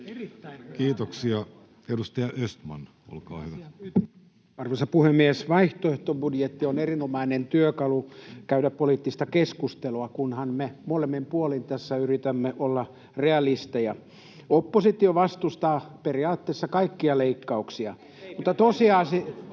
Time: 15:48 Content: Arvoisa puhemies! Vaihtoehtobudjetti on erinomainen työkalu käydä poliittista keskustelua, kunhan me molemmin puolin tässä yritämme olla realisteja. Oppositio vastustaa periaatteessa kaikkia leikkauksia, [Välihuutoja